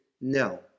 No